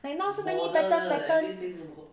like so many pattern pattern